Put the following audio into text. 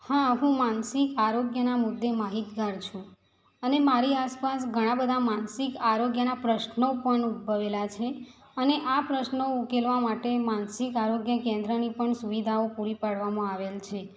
હા હું માનસિક આરોગ્યના મુદ્દે માહિતગાર છું અને મારી આસપાસ ઘણાં બધા માનસિક આરોગ્યના પશ્નો પણ ઉદભવેલા છે અને આ પશ્નો ઉકેલવા માટે માનસિક આરોગ્ય કેન્દ્રની પણ સુવિધાઓ પૂરી પાડવામાં આવેલી છે